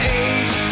age